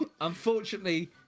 unfortunately